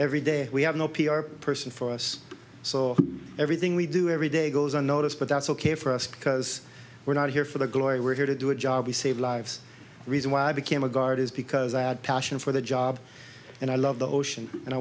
every day we have no p r person for us so everything we do every day goes unnoticed but that's ok for us because we're not here for the glory we're here to do a job we save lives reason why i became a guard is because i had passion for the job and i love the ocean and i